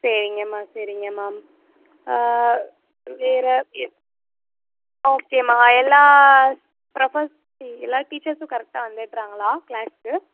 சரிங்கம்மா சரிங்கம்மா வேறு எ ஓகேம்மா எல்லா ப்ரஃபஸ் எல்லா டீச்சர்ஸும் கரெக்டாக வந்துடுறாங்களா க்ளாஸ்க்கு